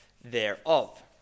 thereof